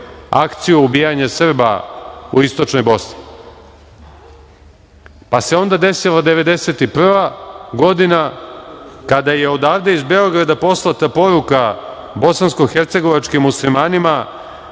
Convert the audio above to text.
akciju ubijanja Srba u istočnoj Bosni, pa se onda desila 1991. godina kada je odavde iz Beograda poslata poruka bosansko-hercegovačkim muslimanima